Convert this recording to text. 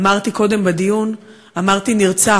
אמרתי קודם בדיון "נרצח",